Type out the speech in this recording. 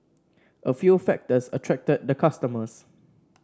a few factors attracted the customers